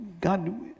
God